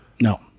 No